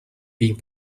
being